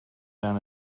down